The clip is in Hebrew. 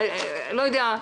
לא יודע,